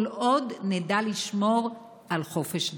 כל עוד נדע לשמור על חופש דת.